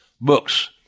books